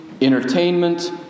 entertainment